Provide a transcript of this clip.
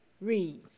Read